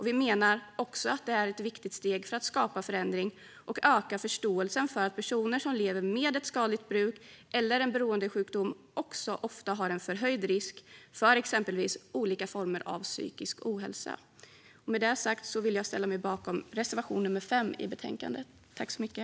Vi menar också att det är ett viktigt steg för att skapa en förändring och öka förståelsen för att personer som lever med ett skadligt bruk eller en beroendesjukdom också ofta har en förhöjd risk för exempelvis olika former av psykisk ohälsa. Med det sagt vill jag yrka bifall till reservation nummer 5 i betänkandet.